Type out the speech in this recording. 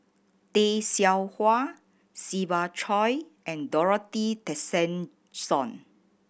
Tay Seow Huah Siva Choy and Dorothy Tessensohn